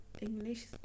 English